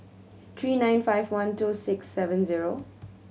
three nine five one two six seven zero